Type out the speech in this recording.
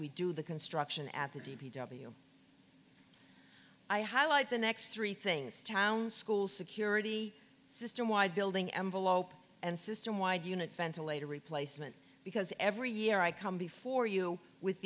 we do the construction at the d p w i highlight the next three things town school security system wide building envelope and system wide unit ventilator replacement because every year i come before you with